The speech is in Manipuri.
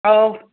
ꯑꯧ